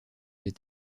des